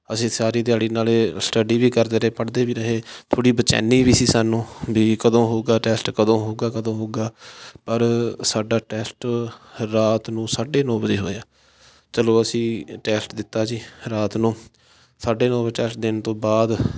ਅਸੀਂ ਸਾਰੀ ਦਿਹਾੜੀ ਨਾਲੇ ਸਟੱਡੀ ਵੀ ਕਰਦੇ ਰਹੇ ਪੜ੍ਹਦੇ ਵੀ ਰਹੇ ਥੋੜ੍ਹੀ ਬੇਚੈਨੀ ਵੀ ਸੀ ਸਾਨੂੰ ਵੀ ਕਦੋਂ ਹੋਊਗਾ ਟੈਸਟ ਕਦੋਂ ਹੋਊਗਾ ਕਦੋਂ ਹੋਊਗਾ ਪਰ ਸਾਡਾ ਟੈਸਟ ਰਾਤ ਨੂੰ ਸਾਢੇ ਨੌ ਵਜੇ ਹੋਇਆ ਚਲੋ ਅਸੀਂ ਟੈਸਟ ਦਿੱਤਾ ਜੀ ਰਾਤ ਨੂੰ ਸਾਢੇ ਨੌ ਵਜੇ ਟੈਸਟ ਦੇਣ ਤੋਂ ਬਾਅਦ